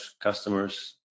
customers